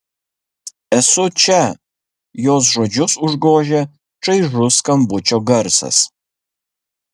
esu čia jos žodžius užgožė čaižus skambučio garsas